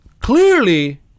clearly